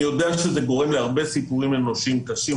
אני יודע שזה גורם להרבה סיפורים אנושיים קשים,